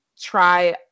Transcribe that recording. try